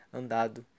andado